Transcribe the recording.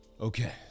Okay